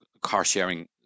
car-sharing